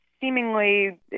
seemingly